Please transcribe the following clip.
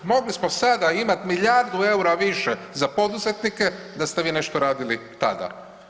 Mogli smo sada imati milijardu EUR-a više za poduzetnike da ste vi nešto radili tada.